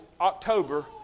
October